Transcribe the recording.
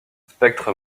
spectre